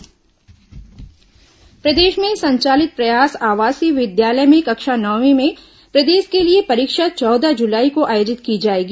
आवासीय प्रयास विद्यालय परीक्षा प्रदेश में संचालित प्रयास आवासीय विद्यालय में कक्षा नवमीं में प्रवेश के लिए परीक्षा चौदह जुलाई को आयोजित की जाएगी